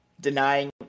denying